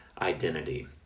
identity